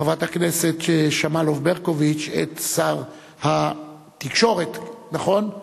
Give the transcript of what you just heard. חברת הכנסת שמאלוב-ברקוביץ את שר התקשורת, נכון?